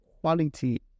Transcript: quality